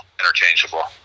interchangeable